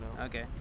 Okay